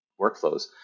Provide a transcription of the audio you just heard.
workflows